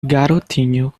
garotinho